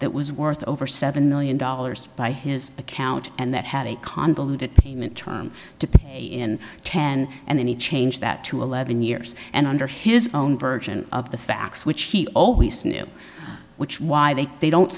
that was worth over seven million dollars by his account and that had a convoluted pain to put in ten and then he changed that to eleven years and under his own version of the facts which he always knew which why they they don't